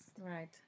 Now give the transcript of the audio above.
Right